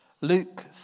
Luke